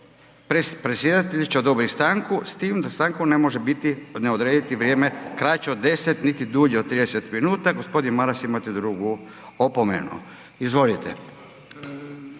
Predsjedatelj će odobriti stanku s time da stanku ne može ne odrediti vrijeme kraće od 10 niti dulje od 30 minuta, g. Maras, imate drugu opomenu. Izvolite.